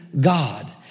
God